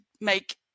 make